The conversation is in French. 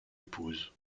épouse